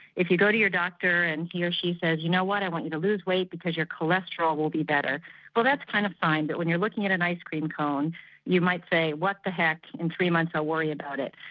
if you go to your doctor and he or she says you know what, i want you to lose weight because your cholesterol will be better well that's kind of fine but when you're looking at an ice cream cone you might say what the heck in three months i'll worry about it.